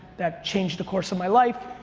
that changed the course of my life.